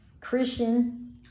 Christian